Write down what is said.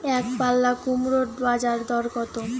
একপাল্লা কুমড়োর বাজার দর কত?